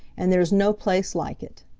and there's no place like it!